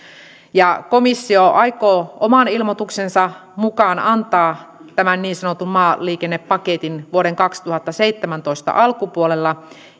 komissio aikoo oman ilmoituksensa mukaan antaa tämän niin sanotun maaliikennepaketin vuoden kaksituhattaseitsemäntoista alkupuolella